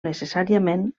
necessàriament